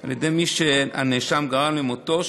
על ידי מי שהנאשם גרם למותו,